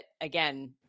again